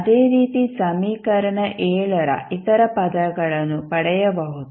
ಅದೇ ರೀತಿ ಸಮೀಕರಣ ರ ಇತರ ಪದಗಳನ್ನು ಪಡೆಯಬಹುದು